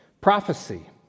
Prophecy